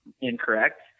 incorrect